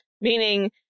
meaning